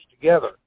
together